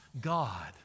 God